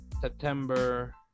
September